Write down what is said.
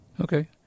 Okay